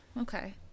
Okay